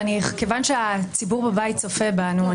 ומכיוון שהציבור בבית צופה בנו,